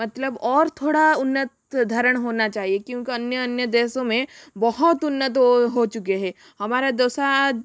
मतलब और थोड़ा उन्नत धरण होना चाहिए क्योंकि अन्य अन्य देशों मे बहुत उन्नत हो हो चुके है हमारा जैसा